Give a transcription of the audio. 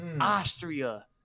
Austria